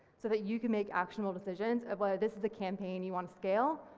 so that you can make actionable decisions of whether this is the campaign you want to scale,